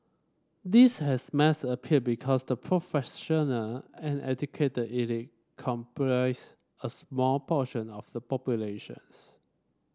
this has mass appeal because the professional and educated elite comprise a small portion of the populations